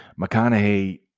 McConaughey